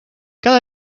cada